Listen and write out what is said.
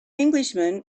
englishman